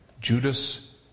Judas